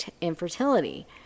infertility